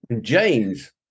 James